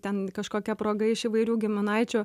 ten kažkokia proga iš įvairių giminaičių